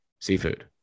Seafood